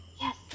Yes